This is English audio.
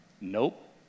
nope